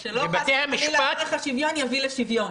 ובתי המשפט --- שלא חס וחלילה ערך השוויון יביא לשוויון.